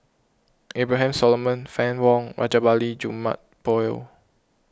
Abraham Solomon Fann Wong and Rajabali Jumabhoy